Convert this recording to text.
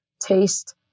taste